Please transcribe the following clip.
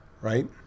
right